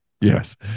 Yes